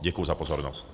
Děkuji za pozornost.